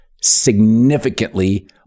significantly